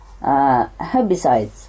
herbicides